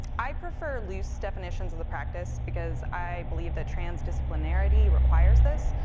i prefer loose definitions of the practice, because i believe that transdisciplinarity requires this.